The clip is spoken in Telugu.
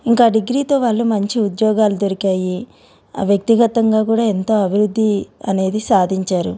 ఇంకా డిగ్రీతో వాళ్ళు మంచి ఉద్యోగాలు దొరికాయి వ్యక్తిగతంగా కూడా ఎంతో అభివృద్ధి అనేది సాధించారు